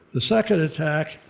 the second attack,